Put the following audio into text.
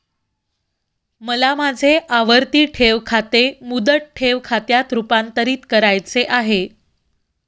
मला माझे आवर्ती ठेव खाते मुदत ठेव खात्यात रुपांतरीत करावयाचे आहे